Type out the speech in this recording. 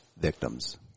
victims